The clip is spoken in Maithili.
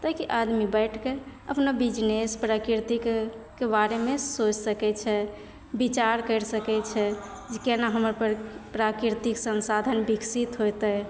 ताकि आदमी बैठके अपना बिजनेस प्रकृतिके बारेमे सोचि सकैत छै बिचार करि सकैत छै जे केना हमर प्रकृति प्राकृतिक संसाधन बिकसित होयतै